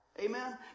Amen